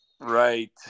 Right